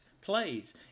plays